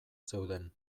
zeuden